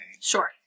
Sure